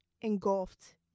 engulfed